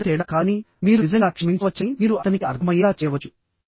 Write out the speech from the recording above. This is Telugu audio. ఇది పెద్ద తేడా కాదని మీరు నిజంగా క్షమించవచ్చని మీరు అతనికి అర్థమయ్యేలా చేయవచ్చు